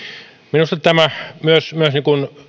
minusta tämä